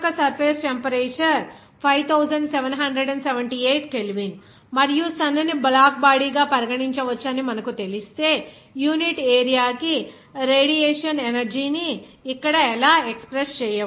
sun యొక్క surface temperature 5778 kelvin మరియు sun ని బ్లాక్ బాడీ గా పరిగణించవచ్చని మనకు తెలిస్తే యూనిట్ ఏరియా కి రేడియేషన్ ఎనర్జీ ని ఇక్కడ ఇలా ఎక్స్ప్రెస్ చేయవచ్చు